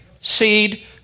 seed